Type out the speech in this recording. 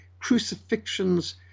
crucifixions